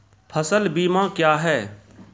फसल बीमा क्या हैं?